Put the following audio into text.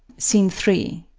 scene three.